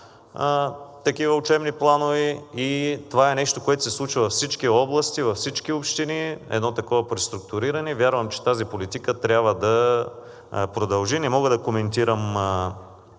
такива учебни планове и това е нещо, което се случва във всички области, във всички общини, едно такова преструктуриране. Вярвам, че тази политика трябва да продължи. Не мога да коментирам